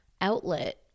outlet